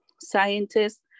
scientists